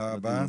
תודה רבה.